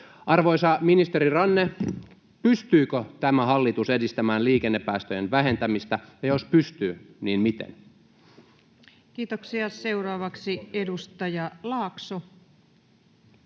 Arvoisa ministeri Ranne, pystyykö tämä hallitus edistämään liikennepäästöjen vähentämistä, ja jos pystyy, niin miten? [Speech 551] Speaker: